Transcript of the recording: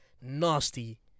nasty